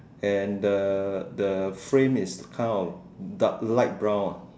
and the the frame is kind of dark light brown ah